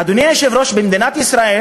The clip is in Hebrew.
אדוני היושב-ראש, במדינת ישראל